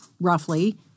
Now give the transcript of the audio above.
roughly –